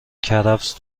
کرفس